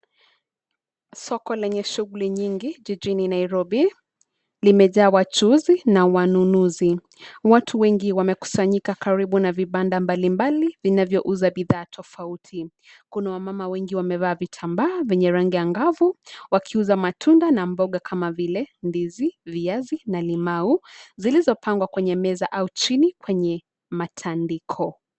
Soko lenye shughuli nyingi jijini Nairobi, limejaa wachuuzi na wanunuzi, watu wengi wamekusanyika karibu na vibanda mbali mbali vinavyouza bidhaa tofauti, kuna wamama wengi wamevaa vitambaa vyenye rangi angavu, wakiuza matunda na mboga kama vile ndizi, viazi na limau, zilizopangwa kwenye meza au chini kwenye, matandiko.